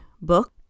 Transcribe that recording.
book